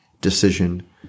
decision